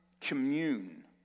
commune